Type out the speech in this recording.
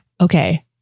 Okay